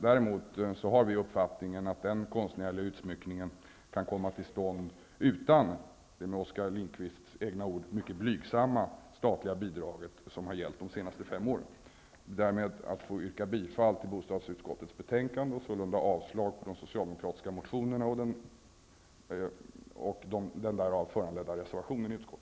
Däremot har vi uppfattningen att denna konstnärliga utsmyckning kan komma till stånd utan de -- med Oskar Lindkvists egna ord -- mycket blygsamma statliga bidrag som har gällt de senaste fem åren. Jag yrkar med detta bifall till bostadsutskottets hemställan och avslag på de socialdemokratiska motionerna och den därav föranledda reservationen vid betänkandet.